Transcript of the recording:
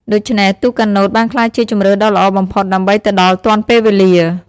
ដូច្នេះទូកកាណូតបានក្លាយជាជម្រើសដ៏ល្អបំផុតដើម្បីទៅដល់ទាន់ពេលវេលា។